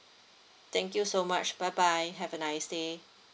thank you so much bye bye have a nice day